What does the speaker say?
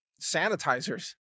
sanitizers